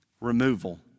Removal